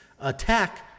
attack